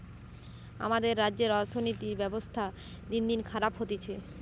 আমাদের রাজ্যের অর্থনীতির ব্যবস্থা দিনদিন খারাপ হতিছে